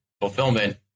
fulfillment